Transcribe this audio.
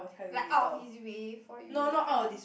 like out of his way for you that kind